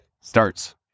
starts